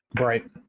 Right